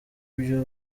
ibyo